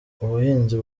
ubuhinzi